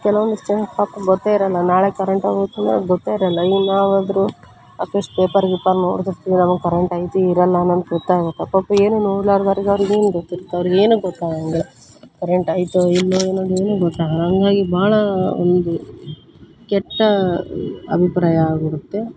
ಕೆಲವೊಂದಿಷ್ಟು ಜನಕ್ಕೆ ಪಾಪ ಗೊತ್ತೇ ಇರಲ್ಲ ನಾಳೆ ಕರೆಂಟ್ ಹೋಗುತ್ತೆ ಅಂತ ಅವ್ರಿಗೆ ಗೊತ್ತೇ ಇರಲ್ಲ ಈಗ ನಾವಾದರೂ ಅಟ್ಲೀಸ್ಟ್ ಪೇಪರ್ ಗೀಪರ್ ನೋಡ್ತಿರ್ತೀವಿ ನಮಗೆ ಕರೆಂಟ್ ಐತಿ ಇರಲ್ಲ ನಮಗೆ ಗೊತ್ತಾಗುತ್ತೆ ಪಾಪ ಏನು ನೋಡ್ಲಾರ್ದವ್ರಿಗೆ ಅವ್ರಿಗೇನು ಗೊತ್ತಿರುತ್ತೆ ಅವರಿಗೇನು ಗೊತ್ತಾಗಂಗಿಲ್ಲ ಕರೆಂಟ್ ಐತೋ ಇಲ್ಲವೋ ಅನ್ನೋದೇನು ಗೊತ್ತಾಗಲ್ಲ ಹಂಗಾಗಿ ಭಾಳ ಒಂದು ಕೆಟ್ಟ ಅಭಿಪ್ರಾಯ ಆಗಿರುತ್ತೆ